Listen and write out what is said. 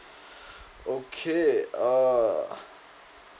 okay uh